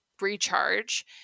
recharge